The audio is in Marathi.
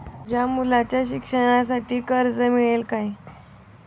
माझ्या मुलाच्या शिक्षणासाठी कर्ज मिळेल काय?